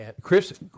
Chris